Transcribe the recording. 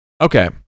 Okay